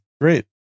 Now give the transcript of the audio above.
great